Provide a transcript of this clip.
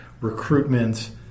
recruitment